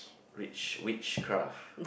witch witchcraft